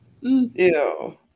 Ew